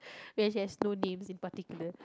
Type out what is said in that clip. which has no names in particular